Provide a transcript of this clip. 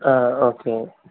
ஆ okay